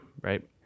right